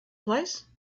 place